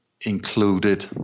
included